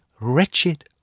wretched